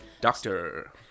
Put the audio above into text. Doctor